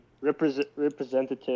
representative